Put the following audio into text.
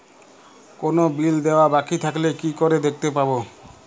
কোনো বিল দেওয়া বাকী থাকলে কি করে দেখতে পাবো?